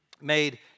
made